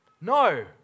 No